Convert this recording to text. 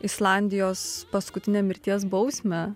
islandijos paskutinę mirties bausmę